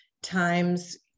times